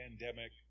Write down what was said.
pandemic